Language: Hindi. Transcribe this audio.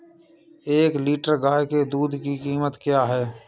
एक लीटर गाय के दूध की कीमत क्या है?